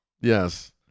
Yes